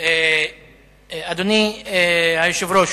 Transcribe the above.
אדוני היושב-ראש,